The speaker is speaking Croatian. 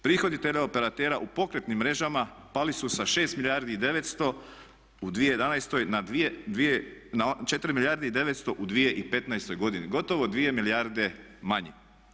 Prihodi teleoperatera u pokretnim mrežama pali su sa 6 milijardi i 900 u 2011.na 4 milijarde i 900 u 2015.godini gotovo 2 milijarde manje.